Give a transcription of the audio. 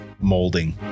molding